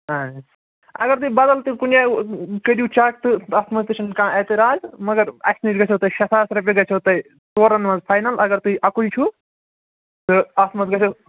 اگر تُہۍ بَدل تہِ کُنہِ جایہِ کٔرِو چَک تہٕ اَتھ منٛز تہِ چھِنہٕ کانٛہہ اعتِراض مگر اَسہِ نِش گژھیو تۄہہِ شےٚ ساس رۄپیہِ گژھیو تۄہہِ ژورَن مںٛز فاینَل اگر تُہۍ اَکُے چھُو تہٕ اَتھ منٛز گژھیو